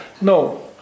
No